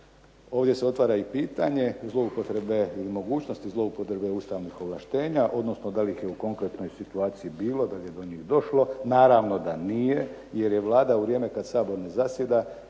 Ovdje se otvara i pitanje zloupotrebe ili mogućnosti zloupotrebe ustavnih ovlaštenja, odnosno da li ih je u konkretnoj situaciji bilo, da li je do njih došlo. Naravno da nije jer je Vlada u vrijeme kad Sabora ne zasjeda